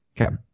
Okay